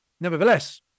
nevertheless